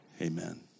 Amen